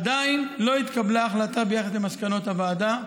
שעדיין לא התקבלה החלטה ביחס למסקנות הוועדה.